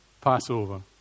Passover